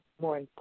more